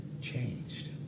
changed